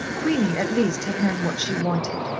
queenie, at least, had known what she wanted,